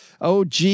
OG